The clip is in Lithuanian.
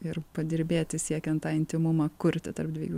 ir padirbėti siekiant tą intymumą kurti tarp dviejų